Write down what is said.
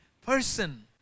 person